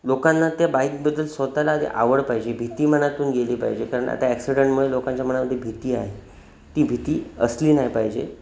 लोकांना त्या बाईकबद्दल स्वतःला आधी आवड पाहिजे भीती मनातून गेली पाहिजे कारण आता ॲक्सिडेंटमुळे लोकांच्या मनामध्ये भीती आहे ती भीती असली नाही पाहिजे